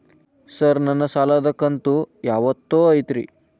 Sir ನನ್ನ ಸಾಲದ ಕಂತು ಯಾವತ್ತೂ ಐತ್ರಿ?